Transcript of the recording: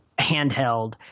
handheld